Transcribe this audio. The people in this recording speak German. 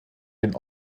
den